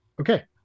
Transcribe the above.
okay